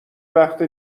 وقت